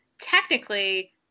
technically